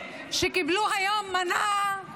שקיבלו היום מנה,